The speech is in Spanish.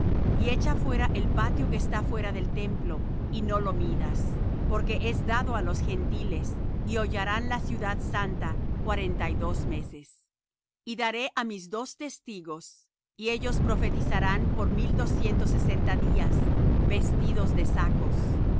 y echa fuera el patio que está fuera del templo y no lo midas porque es dado á los gentiles y hollarán la ciudad santa cuarenta y dos meses y daré á mis dos testigos y ellos profetizarán por mil doscientos y sesenta días vestidos de sacos